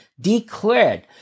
declared